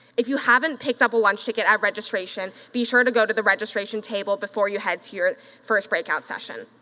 if you haven't picked up a lunch ticket at registration, be sure to go to the registration table before you head to to your first breakout session.